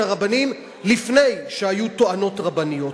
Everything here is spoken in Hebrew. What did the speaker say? הרבניים לפני שהיו טוענות רבניות.